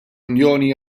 unjoni